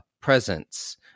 presence